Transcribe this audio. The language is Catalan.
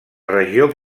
regió